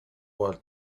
war